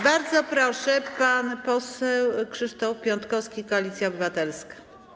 Bardzo proszę, pan poseł Krzysztof Piątkowski - Koalicja Obywatelska.